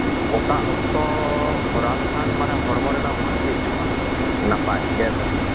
ᱚᱠᱟ ᱚᱠᱛᱚ ᱠᱚᱨᱟᱣ ᱞᱮᱠᱷᱟᱱ ᱢᱟᱱᱮ ᱦᱚᱲᱢᱚ ᱨᱮᱱᱟᱜ ᱵᱷᱟᱹᱜᱤ ᱦᱩᱭᱩᱜᱼᱟ ᱱᱟᱯᱟᱭ ᱵᱮᱥ